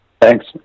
thanks